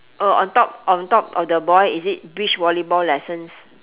oh on top on top of the boy is it beach volleyball lessons